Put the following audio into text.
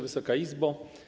Wysoka Izbo!